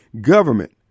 government